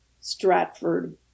Stratford